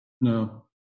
No